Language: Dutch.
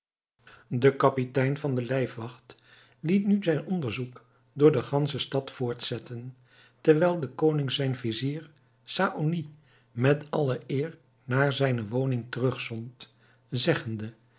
de kapitein van de lijfwacht liet nu zijn onderzoek door de gansche stad voortzetten terwijl de koning zijn vizier saony met alle eer naar zijne woning terugzond zeggende